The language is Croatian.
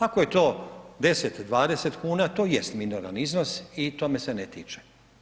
Ako je to 10, 20 kuna to jest minoran iznos i to me se ne tiče.